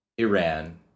Iran